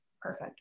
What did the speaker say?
perfect